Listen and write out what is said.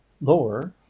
lower